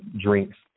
drinks